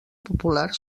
popular